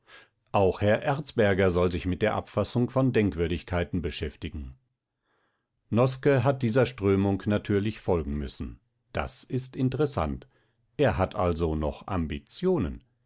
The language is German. auch herr erzberger soll sich mit der abfassung von denkwürdigkeiten beschäftigen noske hat dieser strömung natürlich folgen müssen das ist interessant er hat also noch ambitionen